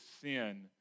sin